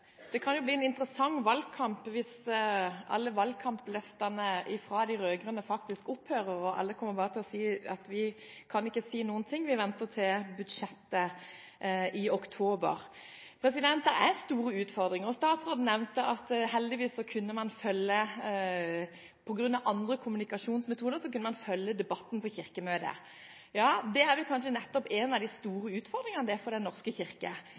Det kan jo bli en interessant valgkamp hvis alle valgkampløftene fra de rød-grønne opphører og alle bare kommer til å si at de kan ikke si noen ting – de venter til budsjettet i oktober. Det er store utfordringer. Statsråden nevnte at på grunn av andre kommunikasjonsmetoder kunne man heldigvis følge debatten på Kirkemøtet. Nettopp det er kanskje en av de store utfordringene for Den norske kirke.